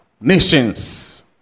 nations